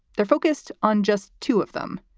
they're focused on just two of them,